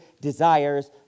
desires